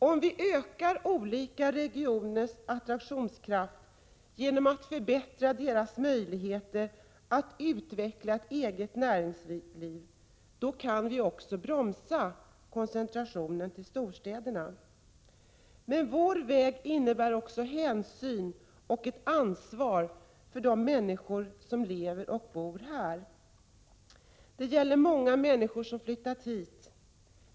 Om vi ökar olika regioners attraktionskraft genom att förbättra deras möjligheter att utveckla ett eget näringsliv, kan vi bromsa koncentrationen till storstäderna. Vår väg innebär också hänsyn till och ett ansvar för de människor som lever och bor i vårt län. Det gäller många människor som flyttat hit.